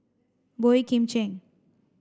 Boey Kim Cheng